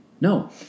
No